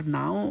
now